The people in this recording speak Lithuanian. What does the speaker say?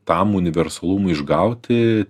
tam universalumui išgauti